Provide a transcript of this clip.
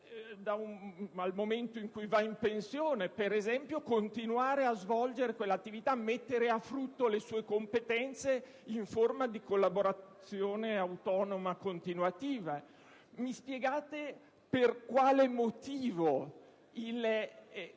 nel momento in cui va in pensione, continuare a svolgere quell'attività, mettere a frutto le sue competenze in forma di collaborazione autonoma continuativa? Mi spiegate per quale motivo ciò